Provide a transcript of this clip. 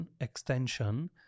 extension